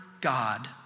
God